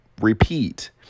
repeat